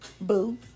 Boo